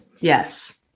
Yes